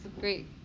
great